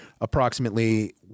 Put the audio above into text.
approximately